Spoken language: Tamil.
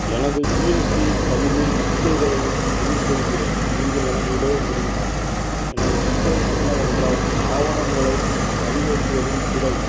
எனது ஜிஎஸ்டி பதிவில் சிக்கல்களை எதிர்கொள்கிறேன் நீங்கள் எனக்கு உதவ முடியுமா எனது சிக்கல் என்னவென்றால் ஆவணங்களைப் பதிவேற்றுவதில் பிழை